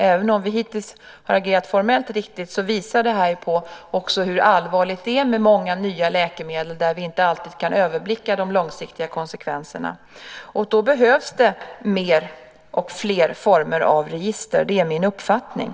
Även om vi hittills har agerat formellt riktigt visar det här hur allvarligt det är med många nya läkemedel, där vi inte alltid kan överblicka de långsiktiga konsekvenserna. Då behövs det mer och fler former av register. Det är min uppfattning.